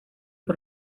por